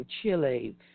Chile